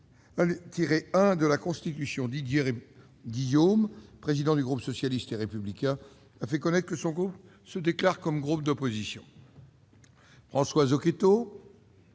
51-1 de la Constitution. M. Didier Guillaume, président du groupe socialiste et républicain, a fait connaître que son groupe se déclare comme groupe d'opposition. M. François Zocchetto,